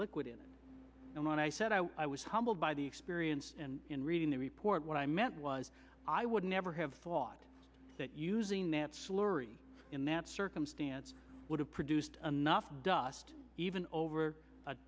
liquid in it and when i said i i was humbled by the experience and in reading the report what i meant was i would never have thought that using that slurry in that circumstance would have produced enough dust even over